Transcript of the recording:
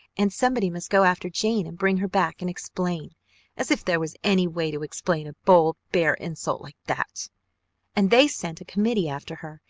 and somebody must go after jane and bring her back and explain as if there was any way to explain a bold, bare insult like that and they sent a committee after her.